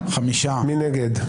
מי נגד?